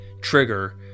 trigger